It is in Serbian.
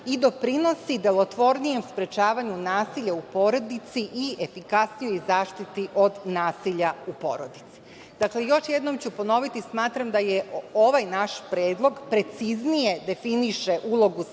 i doprinosi delotvornijem sprečavanju nasilja u porodici i efikasniju zaštitu od nasilja u porodici. Dakle, još jednom ću ponoviti. Smatram, da je ovaj naš predlog preciznije definiše ulogu